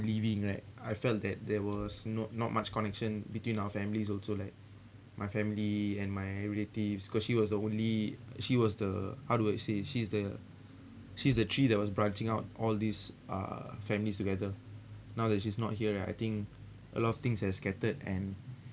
leaving right I felt that there was not not much connection between our families also like my family and my relatives because she was the only she was the how do I say she is the she is the tree that was branching out all these uh families together now that she's not here right I think a lot of things has scattered and